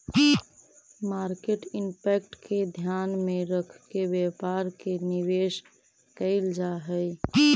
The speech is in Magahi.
मार्केट इंपैक्ट के ध्यान में रखके व्यापार में निवेश कैल जा हई